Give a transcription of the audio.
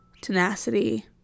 tenacity